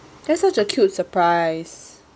that's such a cute surprise